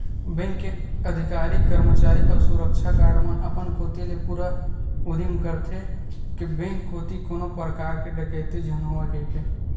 bank के अधिकारी, करमचारी अउ सुरक्छा गार्ड मन अपन कोती ले पूरा उदिम करथे के बेंक कोती कोनो परकार के डकेती झन होवय कहिके